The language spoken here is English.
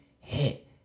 hit